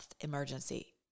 emergency